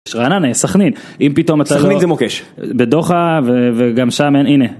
יש רעננה, יש סכנין, אם פתאום אתה לא... סכנין זה מוקש. בדוחה וגם שם, הנה.